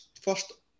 First